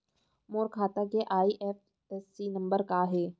मोर खाता के IFSC number का हे?